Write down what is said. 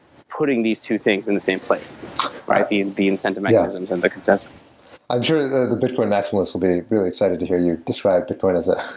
putting these two things in the same place the the incentivizing and the consensus i'm sure the the bitcoin nationalists will be really excited to hear you describe bitcoin as a